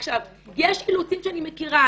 יש אילוצים שאני מכירה,